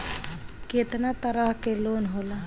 केतना तरह के लोन होला?